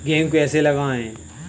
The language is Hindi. गेहूँ कैसे लगाएँ?